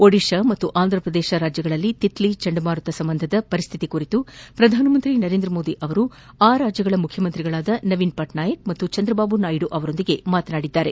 ಒಡಿತಾ ಮತ್ತು ಆಂಧಪ್ರದೇಶ ರಾಜ್ಯಗಳಲ್ಲಿ ತಿತ್ಲಿ ಚಂಡಮಾರುತ ಸಂಬಂಧದ ಪರಿಸ್ಥಿತಿ ಕುರಿತು ಪ್ರಧಾನಮಂತ್ರಿ ನರೇಂದ್ರಮೋದಿ ಆ ರಾಜ್ಯಗಳ ಮುಖ್ಯಮಂತ್ರಿಗಳಾದ ನವೀನ್ ಪಟ್ನಾಯಕ್ ಮತ್ತು ಚಂದ್ರಬಾಬು ನಾಯ್ಡ ಅವರೊಂದಿಗೆ ಮಾತನಾಡಿದ್ದಾರೆ